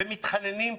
ומתחננים,